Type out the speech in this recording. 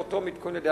באותה מתכונת.